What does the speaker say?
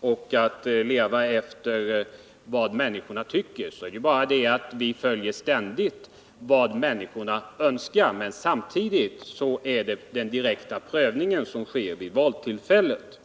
och att efterleva vad människorna tycker, så följer vi ständigt människornas önskemål, men samtidigt är det den direkta prövningen som sker vid valtillfället.